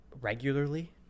regularly